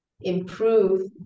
improve